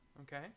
Okay